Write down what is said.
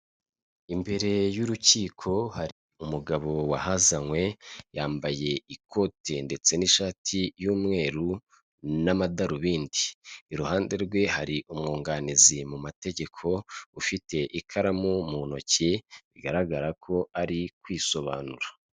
Imbere y'urukiko hari umugabo wahazanywe, yambaye ikote ndetse n'ishati y'umweru n'amadarubindi, iruhande rwe hari umwunganizi mu mategeko ufite ikaramu mu ntoki bigaragara ko ari kwisobanura.